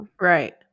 Right